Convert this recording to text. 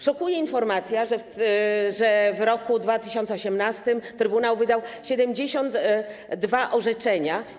Szokuje informacja, że w roku 2018 trybunał wydał 72 orzeczenia.